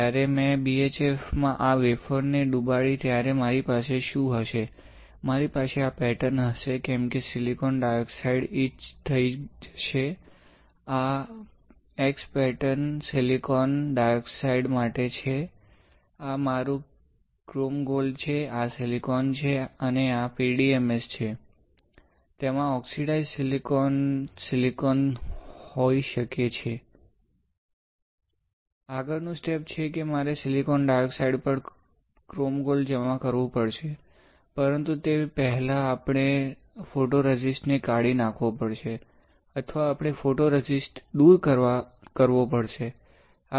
જ્યારે મેં BHFમાં આ વેફર ને ડુબાડી ત્યારે મારી પાસે શું હશે મારી પાસે આ પેટર્ન હશે કેમ કે સિલિકોન ડાયોક્સાઇડ ઇચ થઈ જશે આ x પેટર્ન સિલિકોન ડાયોક્સાઇડ માટે છે આ મારું ક્રોમ ગોલ્ડ છે આ સિલિકોન છે અને આ PDMS છે તેમાં ઓક્સિડાઇઝ્ડ સિલિકોન સિલિકોન હોઈ શકે છે સ્લાઈડ આગળનું સ્ટેપ છે કે મારે સિલિકોન ડાયોક્સાઇડ પર ક્રોમ ગોલ્ડ જમા કરવું પડશે પરંતુ તે પહેલાં આપણે ફોટોરેઝિસ્ટ ને કાઢી નાખવો પડશે અથવા આપણે ફોટોરેઝિસ્ટ દુર કરવો પડશે